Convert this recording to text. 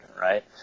right